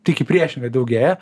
tik į priešingai daugėja